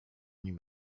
nim